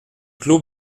clos